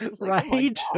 Right